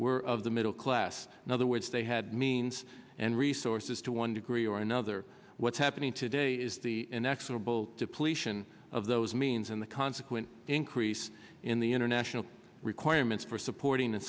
were of the middle class in other words they had means and resources to one degree or another what's happening today is the inexorable depletion of those means and the consequent increase in the international requirements for supporting